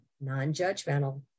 non-judgmental